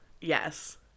yes